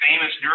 famous